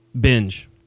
binge